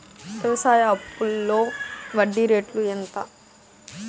వ్యవసాయ అప్పులో వడ్డీ రేట్లు ఎంత?